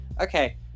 okay